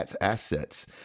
assets